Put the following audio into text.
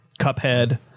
Cuphead